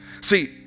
See